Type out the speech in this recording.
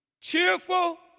cheerful